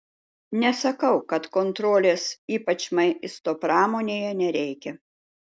nesakau kad kontrolės ypač maisto pramonėje nereikia